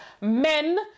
men